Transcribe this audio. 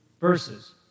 verses